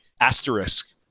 asterisk